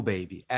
Baby